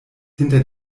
hinter